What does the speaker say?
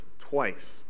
twice